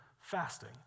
fasting